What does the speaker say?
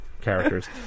characters